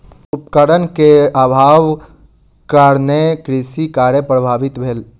उपकरण के अभावक कारणेँ कृषि कार्य प्रभावित भेल